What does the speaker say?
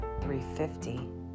350